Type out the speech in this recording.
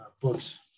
books